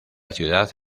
ciudad